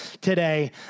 today